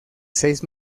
seis